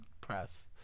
press